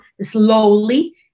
slowly